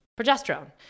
Progesterone